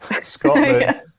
Scotland